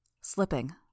Slipping